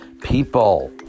people